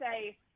say